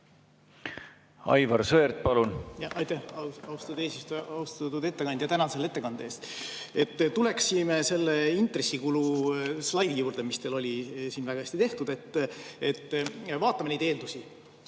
Aivar Sõerd, palun! Aitäh, austatud eesistuja! Austatud ettekandja! Tänan selle ettekande eest! Tuleksime selle intressikulu slaidi juurde, mis teil oli siin väga hästi tehtud. Vaatame neid eeldusi.